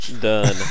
Done